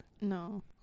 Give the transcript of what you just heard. No